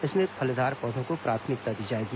इसमें फलदार पौधों को प्राथमिकता दी जाएगी